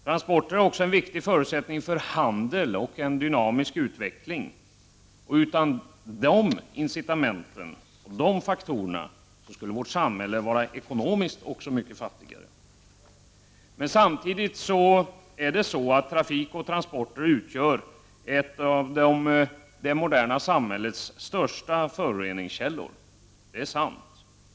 Transporterna är också en mycket viktig förutsättning för handel och dynamisk utveckling. Dem förutan skulle vårt samhälle vara också ekonomiskt mycket fattigare. Samtidigt utgör trafik och transporter en av det moderna samhällets största föroreningskällor. Det är sant.